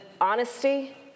honesty